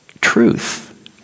truth